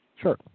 Sure